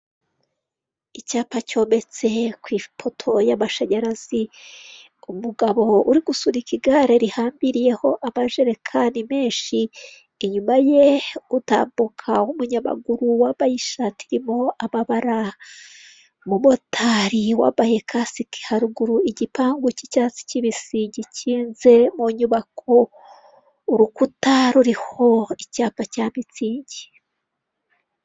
Icyapa cyometse ku ipoto y'amashanyarazi, mugabo uri gusunika igare rihambiriyeho amajerekani menshi, inyuma ye utambuka w'umunyamaguru wabaye ishati irimo ababara umumotari wambaye kasike haruguru igipangu cy'icyatsi kibisi gikinze mu nyubako urukuta ruriho icyapa cya mitsingi.